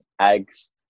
eggs